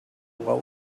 what